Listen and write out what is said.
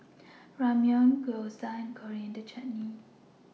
Ramyeon Gyoza and Coriander Chutney